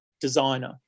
designer